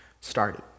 started